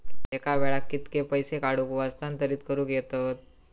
एका वेळाक कित्के पैसे काढूक व हस्तांतरित करूक येतत?